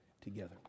together